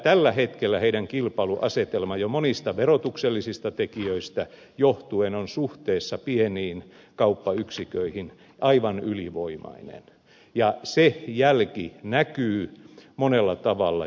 tällä hetkellä niiden kilpailuasetelma jo monista verotuksellisista tekijöistä johtuen on suhteessa pieniin kauppayksiköihin aivan ylivoimainen ja se jälki näkyy monella tavalla